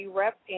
rep